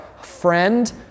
friend